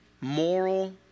moral